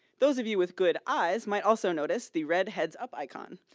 those of you with good eyes might also notice the red heads-up icon.